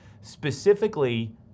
Specifically